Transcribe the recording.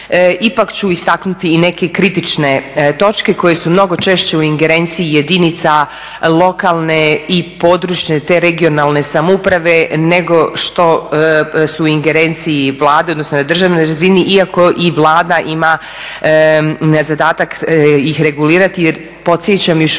ipak ću istaknuti i neke kritične točke koje su mnogo češće u ingerenciji jedinica lokalne i područne te regionalne samouprave, nego što su u ingerenciji Vlade, odnosno na državnoj razini iako i Vlada ima zadatak ih regulirati jer podsjećam još uvijek